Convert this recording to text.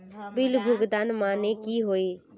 Bill भुगतान माने की होय?